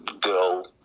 Girl